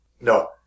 No